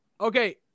okay